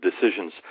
decisions